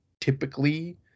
typically